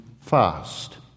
fast